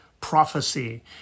prophecy